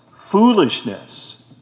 foolishness